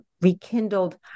rekindled